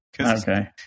Okay